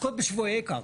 עוסקות בשווי קרקע.